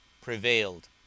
prevailed